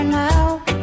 now